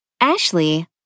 Ashley